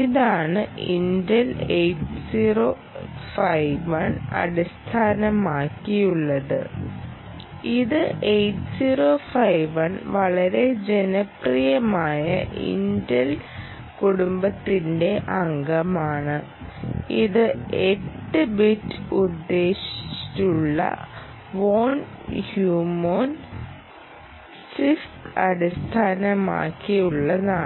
ഇതാണ് ഇന്റൽ 8051 അടിസ്ഥാനമാക്കിയുള്ളത് ഇത് 8051 വളരെ ജനപ്രിയമായ ഇന്റൽ കുടുംബത്തിന്റെ അംഗമാണ് ഇത് 8 ബിറ്റിന് ഉദ്ദേശിച്ചുള്ള വോൺ ന്യൂമാൻ സിഐഎസ്സി അടിസ്ഥാനമാക്കിയുള്ളതാണ്